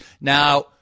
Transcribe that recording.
Now